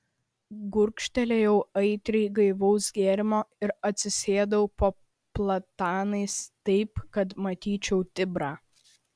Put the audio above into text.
gurkštelėjau aitriai gaivaus gėrimo ir atsisėdau po platanais taip kad matyčiau tibrą